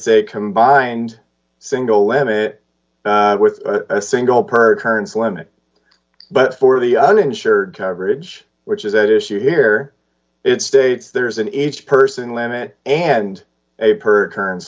a combined single limit with a single per turns limit but for the uninsured coverage which is at issue here it states there is an each person limit and a per turns